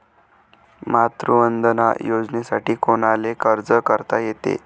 मातृवंदना योजनेसाठी कोनाले अर्ज करता येते?